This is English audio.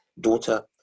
daughter